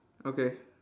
okay